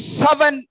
seven